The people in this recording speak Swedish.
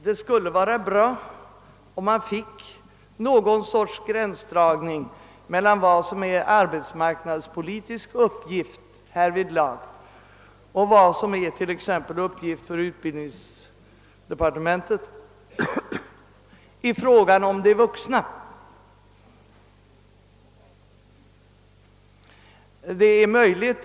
Det skulle vara bra om någon sorts gränsdragning gjordes mellan vad som härvidlag är en arbetsmarknadspolitisk uppgift och vad som är en uppgift för utbildningsdepartementet när det t.ex. gäller de vuxna.